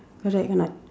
correct or not